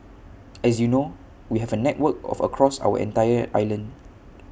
as you know we have A network of across our entire island